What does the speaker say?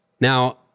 Now